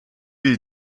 will